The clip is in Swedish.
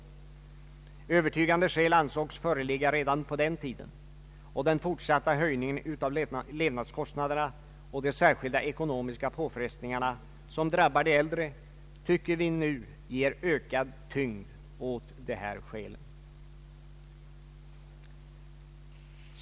Övertygande skäl ansågs föreligga redan på den tiden. Den fortsatta höjningen av levnadskostnaderna och de särskilda ekonomiska påfrestningar som drabbar de äldre tycker vi nu ger ökad tyngd åt dessa skäl.